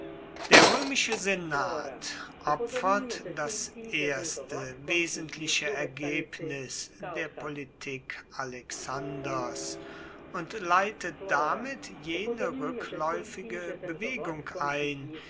der römische senat opfert das erste wesentliche ergebnis der politik alexanders und leitet damit jene rückläufige bewegung ein